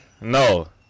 No